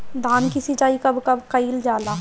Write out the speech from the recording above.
धान के सिचाई कब कब कएल जाला?